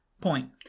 Point